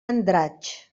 andratx